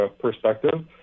perspective